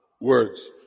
words